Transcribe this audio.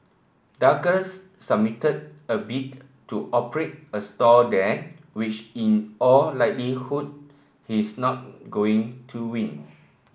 Douglas submitted a bid to operate a stall there which in all likelihood he is not going to win